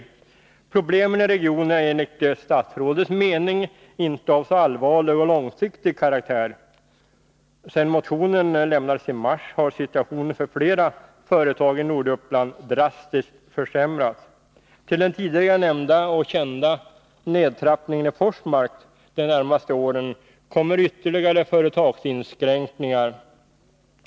Problemen i regionen är enligt statsrådets mening inte av så allvarlig och långsiktig karaktär. Sedan motionen lämnades i mars har situationen för flera företag i Norduppland drastiskt försämrats. Till den tidigare nämnda och kända nedtrappningen i Forsmark de närmaste åren kommer ytterligare företagsinskränkningar.